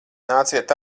nāciet